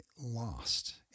lost